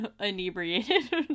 inebriated